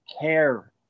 care